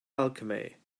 alchemy